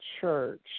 church